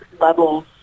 levels